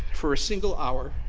for a single hour,